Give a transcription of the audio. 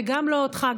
וגם לא אותך,